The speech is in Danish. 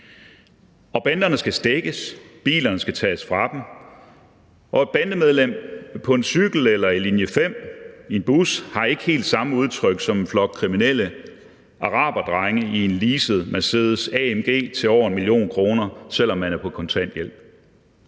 sig. Banderne skal stækkes. Bilerne skal tages fra dem, og et bandemedlem på en cykel eller i linje 5, i en bus, har ikke helt samme udtryk som en flok kriminelle araberdrenge i en leaset Mercedes-AMG til over 1 mio. kr., selv om man er på kontanthjælp.